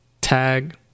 tag